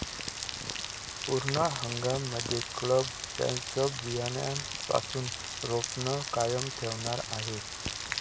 पूर्ण हंगाम मध्ये क्लब त्यांचं बियाण्यापासून रोपण कायम ठेवणार आहे